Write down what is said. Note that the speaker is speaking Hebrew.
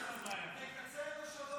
תקצר לשלוש דקות.